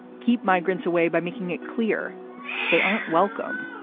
keep migrants away by making it clear they aren't welcome.